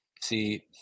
See